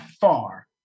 far